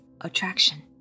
attraction